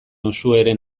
uxueren